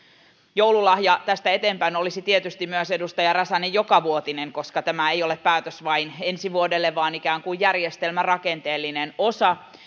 joululahja tästä eteenpäin olisi tietysti myös edustaja räsänen jokavuotinen koska tämä ei ole päätös vain ensi vuodelle vaan ikään kuin järjestelmän rakenteellinen osa